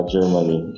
Germany